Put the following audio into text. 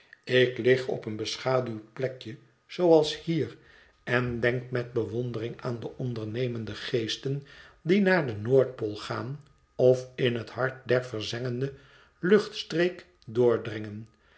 ik lig op een beschaduwd plekje zooals hier en denk met bewondering aan de ondernemende geesten die naar de noordpool gaan of in het hart der verzengde luchtstreek doordringen